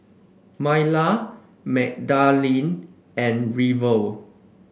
Myla Magdalene and River